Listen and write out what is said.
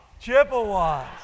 Chippewas